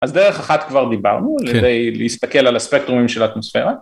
אז דרך אחת כבר דיברנו, כדי להסתכל על הספקטרומים של האטמוספירה.